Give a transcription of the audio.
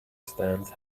stance